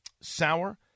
sour